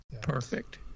perfect